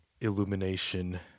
Illumination